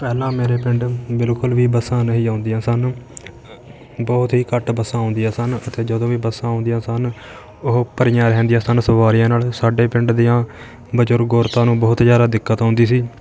ਪਹਿਲਾਂ ਮੇਰੇ ਪਿੰਡ ਬਿਲਕੁਲ ਵੀ ਬੱਸਾਂ ਨਹੀਂ ਆਉਂਦੀਆਂ ਸਨ ਬਹੁਤ ਹੀ ਘੱਟ ਬੱਸਾਂ ਆਉਂਦੀਆਂ ਸਨ ਅਤੇ ਜਦੋਂ ਵੀ ਬੱਸਾਂ ਆਉਂਦੀਆਂ ਸਨ ਉਹ ਭਰੀਆਂ ਰਹਿੰਦੀਆਂ ਸਨ ਸਵਾਰੀਆਂ ਨਾਲ ਸਾਡੇ ਪਿੰਡ ਦੀਆਂ ਬਜ਼ੁਰਗ ਔਰਤਾਂ ਨੂੰ ਬਹੁਤ ਜ਼ਿਆਦਾ ਦਿੱਕਤ ਆਉਂਦੀ ਸੀ